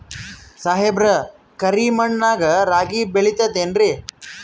ಸಾಹೇಬ್ರ, ಕರಿ ಮಣ್ ನಾಗ ರಾಗಿ ಬೆಳಿತದೇನ್ರಿ?